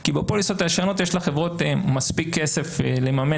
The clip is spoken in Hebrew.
כי בפוליסות הישנות יש לחברות מספיק כסף לממן